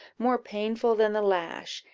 more painful than the lash,